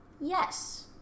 Yes